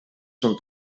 són